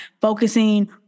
focusing